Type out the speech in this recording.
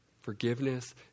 Forgiveness